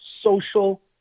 social